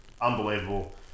unbelievable